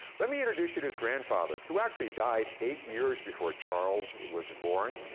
let me introduce you to his grandfather, who actually died eight years before charles was born,